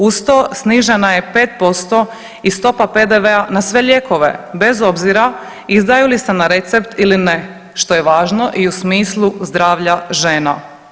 Uz to, snižena je 5% i stopa PDV-a na sve lijekove, bez obzira izdaju li se na recept ili ne, što je važno i u smislu zdravlja žena.